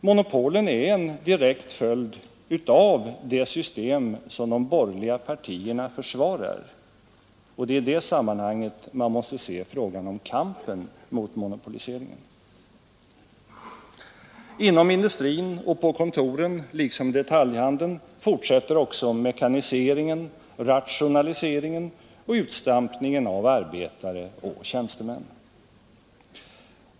Monopolen är en direkt följd av det system som de borgerliga partierna försvarar, och det är i det sammanhanget man måste se frågan om kampen mot monopoliseringen. Inom industrin och på kontoren liksom i detaljhandeln fortsätter också mekaniseringen, rationaliseringen och utstampningen av arbetare och tjänstemän.